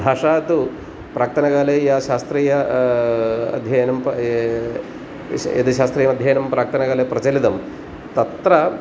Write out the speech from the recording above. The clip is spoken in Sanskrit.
भाषा तु प्राक्तनकाले या शास्त्रीय अध्ययनं यदि शास्त्रीय अध्ययनं प्राक्तनकाले प्रचलितं तत्र